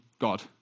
God